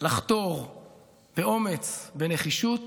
לחתור באומץ ובנחישות,